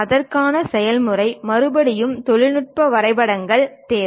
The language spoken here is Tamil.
அதற்காக செயல்முறை மறுபடியும் தொழில்நுட்ப வரைபடங்கள் தேவை